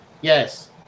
Yes